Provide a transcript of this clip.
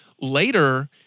later